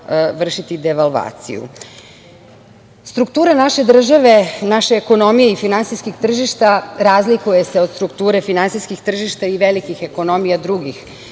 vršiti devalvaciju. Struktura naše države, naše ekonomije i finansijskih tržišta razlikuje se od strukture finansijskih tržišta i velikih ekonomija drugih